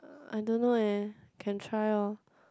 I don't know eh can try orh